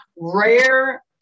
rare